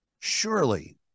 surely